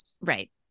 Right